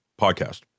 podcast